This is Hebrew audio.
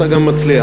אתה גם מצליח.